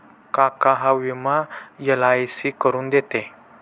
काका हा विमा एल.आय.सी करून देते